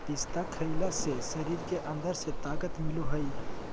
पिस्ता खईला से शरीर के अंदर से ताक़त मिलय हई